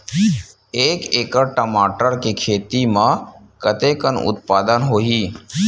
एक एकड़ टमाटर के खेती म कतेकन उत्पादन होही?